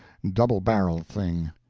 double-barreled thing,